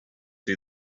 see